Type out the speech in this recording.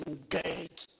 Engage